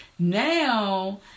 Now